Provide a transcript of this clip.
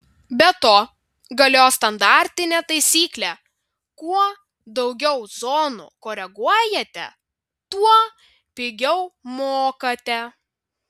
be to galioja standartinė taisyklė kuo daugiau zonų koreguojate tuo pigiau mokate